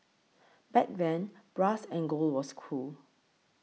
back then brass and gold was cool